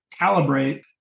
calibrate